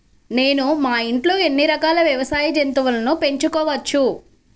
నేను మా ఇంట్లో ఎన్ని రకాల వ్యవసాయ జంతువులను పెంచుకోవచ్చు?